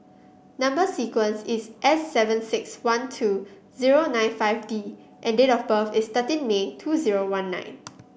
number sequence is S seven six one two zero nine five D and date of birth is thirteen May two zero one nine